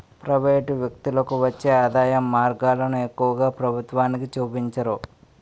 private వ్యక్తులకు వచ్చే ఆదాయం మార్గాలను ఎక్కువగా ప్రభుత్వానికి చూపించరు